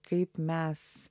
kaip mes